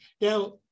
Now